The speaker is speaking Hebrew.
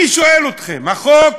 אני שואל אתכם: החוק